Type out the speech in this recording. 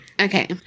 Okay